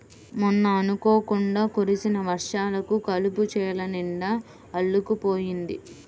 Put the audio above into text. మొన్న అనుకోకుండా కురిసిన వర్షాలకు కలుపు చేలనిండా అల్లుకుపోయింది